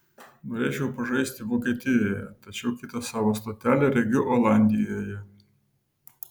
norėčiau pažaisti vokietijoje tačiau kitą savo stotelę regiu olandijoje